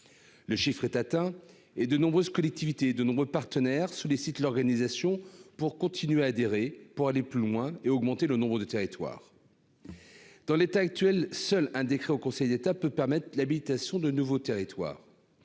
le chiffre est atteint et de nombreuses collectivités et de nombreux partenaires sous les sites l'organisation pour continuer à adhérer pour aller plus loin et augmenter le nombre de territoires. Dans l'état actuel, seul un décret au Conseil d'État peut permettre l'habitation de nouveaux territoires,